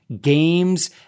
Games